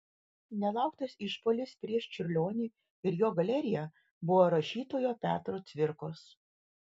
nelauktas išpuolis prieš čiurlionį ir jo galeriją buvo rašytojo petro cvirkos